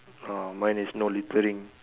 ah mine is no littering